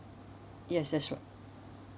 yes that's right